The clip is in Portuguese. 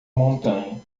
montanha